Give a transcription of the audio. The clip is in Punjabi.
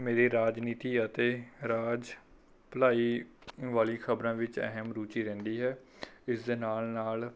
ਮੇਰੀ ਰਾਜਨੀਤੀ ਅਤੇ ਰਾਜ ਭਲਾਈ ਵਾਲੀ ਖਬਰਾਂ ਵਿੱਚ ਅਹਿਮ ਰੁਚੀ ਰਹਿੰਦੀ ਹੈ ਇਸਦੇ ਨਾਲ ਨਾਲ